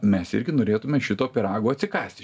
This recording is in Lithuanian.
mes irgi norėtume šito pyrago atsikąsti